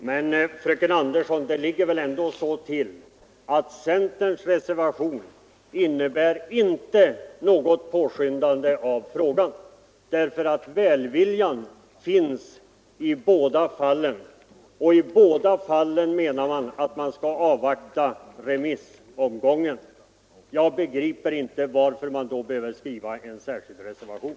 Herr talman! Men det ligger väl ändå så till, fröken Andersson, att centerns reservation inte innebär något påskyndande av frågan. Välviljan finns både i utskottets skrivning och i centerns reservation, och i båda fallen menar man att vi skall avvakta remissomgången. Jag begriper inte varför man då behöver skriva en särskild reservation.